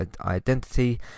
identity